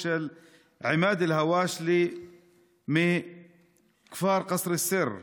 של עימאד אלהוואשלה מכפר קסר א-סיר,